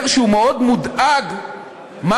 היום שמעתי את אחד משרי יש עתיד אומר שהוא מאוד מודאג,